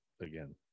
again